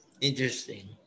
Interesting